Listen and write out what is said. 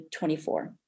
24